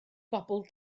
bobl